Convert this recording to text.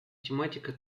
тематика